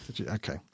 Okay